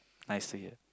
I see it